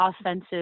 offensive